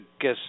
guess